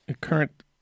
current